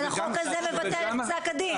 אבל החוק הזה מבטל את פסק הדין.